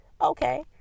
Okay